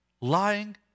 lying